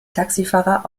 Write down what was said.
taxifahrer